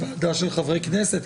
ועדה של חברי כנסת,